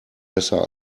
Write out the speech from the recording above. besser